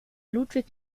ludwig